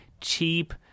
cheap